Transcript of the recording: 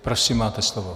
Prosím máte slovo.